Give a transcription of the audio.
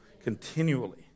Continually